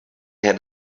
had